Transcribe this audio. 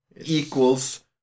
equals